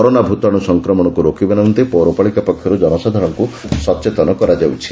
corona ଭୂତାଣୁ ସଂକ୍ରମଣକୁ ରୋକିବା ନିମନ୍ତେ ପୌରପାଳିକା ପକ୍ଷରୁ ଜନସାଧାରଣଙ୍ଙୁ ସଚେତନ କରାଯାଉଛି